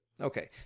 Okay